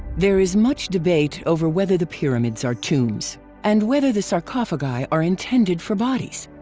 there is much debate over whether the pyramids are tombs and whether the sarcophagi are intended for bodies.